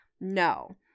no